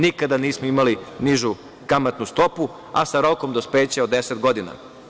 Nikada nismo imali nižu kamatnu stopu, a sa rokom dospeća od 10 godina.